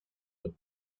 eux